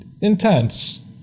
intense